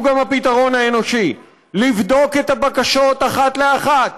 שהוא גם הפתרון האנושי: לבדוק את הבקשות אחת לאחת,